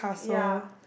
ya